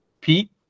Pete